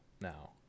now